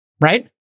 Right